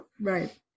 right